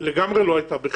לגמרי לא היתה לחינם.